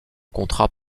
contrat